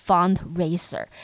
Fundraiser